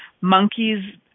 monkeys